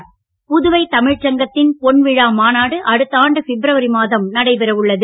மாநாடு புதுவை தமிழ்சங்கத்தின் பொன்விழா மாநாடு அடுத்த ஆண்டு பிப்ரவரி மாதம் நடைபெற உள்ளது